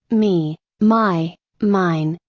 me, my, mine.